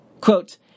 Quote